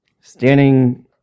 standing